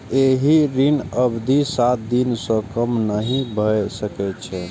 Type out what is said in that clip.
एहि ऋणक अवधि सात दिन सं कम नहि भए सकै छै